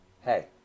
Hey